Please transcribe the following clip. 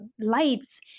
lights